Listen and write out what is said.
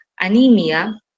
anemia